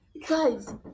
Guys